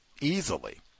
Easily